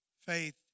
Faith